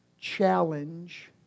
Challenge